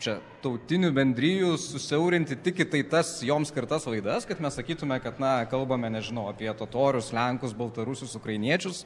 čia tautinių bendrijų susiaurinti tik į tai tas joms skirtas laidas kad mes sakytume kad na kalbame nežinau apie totorius lenkus baltarusius ukrainiečius